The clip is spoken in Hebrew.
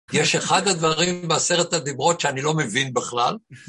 יש אחד הדברים בעשרת הדברות שאני לא מבין בכלל.